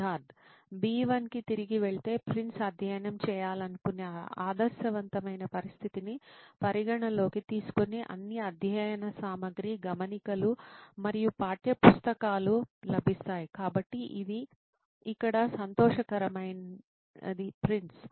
Siddharth B1 కి తిరిగి వెళితే ప్రిన్స్ అధ్యయనం చేయాలనుకునే ఆదర్శవంతమైన పరిస్థితిని పరిగణనలోకి తీసుకుని అన్ని అధ్యయన సామగ్రి గమనికలు మరియు పాఠ్యపుస్తకాలు లభిస్తాయి కాబట్టి ఇది ఇక్కడ సంతోషకరమైన ప్రిన్స్